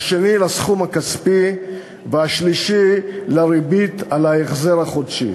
השני לסכום הכספי והשלישי לריבית על ההחזר החודשי.